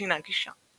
שינה גישה.